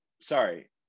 Sorry